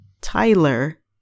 Tyler